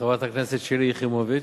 חברת הכנסת שלי יחימוביץ,